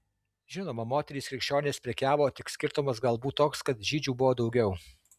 žinoma moterys krikščionės prekiavo tik skirtumas galbūt toks kad žydžių buvo daugiau